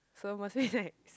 so mostly like